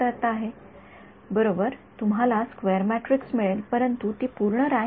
विद्यार्थी ओह बरोबर तुम्हाला स्क्वेअर मॅट्रिक्स मिळेल परंतु ती पूर्ण रँक नाही